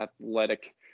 athletic